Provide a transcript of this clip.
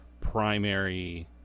primary